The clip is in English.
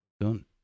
Done